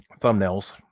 thumbnails